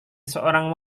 seorang